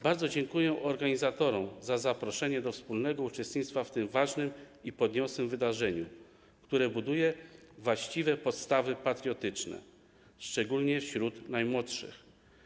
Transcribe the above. Bardzo dziękuję organizatorom za zaproszenie do wspólnego uczestnictwa w tym ważnym i podniosłym wydarzeniu, które buduje właściwe podstawy patriotyczne, szczególnie wśród najmłodszych.